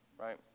right